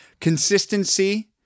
Consistency